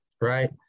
right